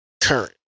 current